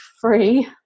free